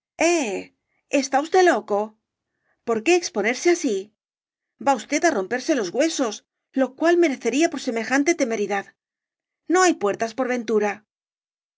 está usted loco por qué exponerse así va usted á romperse los huesos lo cual merecería por semejante temeridad no hay puertas por ventura